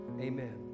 Amen